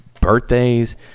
birthdays